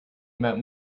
about